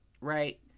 right